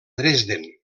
dresden